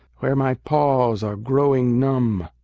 where my paws are growing numb?